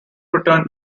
returned